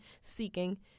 seeking